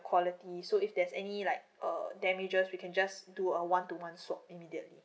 quality so if there's any like then we just we can just do a one to one swap immediately